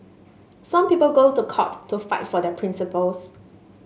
some people go to court to fight for their principles